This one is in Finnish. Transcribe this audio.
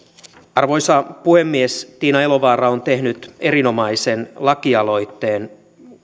arvoisa puhemies tiina elovaara on tehnyt erinomaisen lakialoitteen